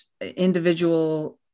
individual